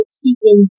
seeking